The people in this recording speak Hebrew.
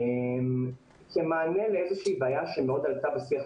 דבר שהיום כמעט לא נוגעים בו.